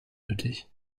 nötig